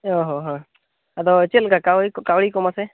ᱚ ᱦᱚᱸ ᱦᱮᱸ ᱟᱫᱚ ᱪᱮᱫ ᱞᱮᱠᱟ ᱠᱟᱹᱣᱰᱤ ᱠᱟᱹᱣᱰᱤ ᱢᱟᱥᱮ